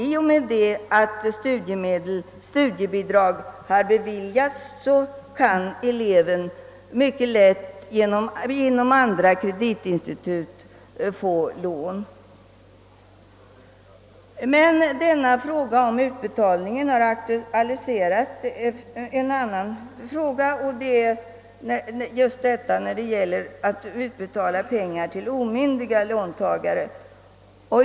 I och med att studiebidrag har beviljats kan eleven nämligen mycket lätt få lån genom exempelvis ett kreditinstitut. Vid behandlingen av denna motion beträffande utbetalningen har aktualiserats en annan fråga som gäller utbetalning av pengar till omyndiga låntagare.